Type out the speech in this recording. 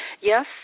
Yes